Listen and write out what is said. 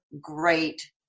great